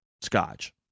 Scotch